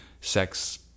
sex